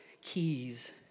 keys